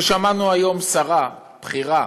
ושמענו היום שרה בכירה